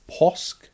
Posk